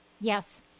Yes